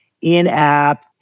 in-app